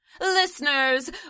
Listeners